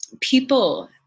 people